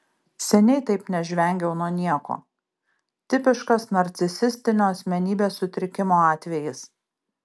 seniai taip nežvengiau nuo nieko tipiškas narcisistinio asmenybės sutrikimo atvejis